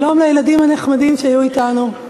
שלום לילדים הנחמדים שהיו אתנו.